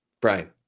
Brian